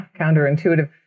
counterintuitive